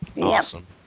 Awesome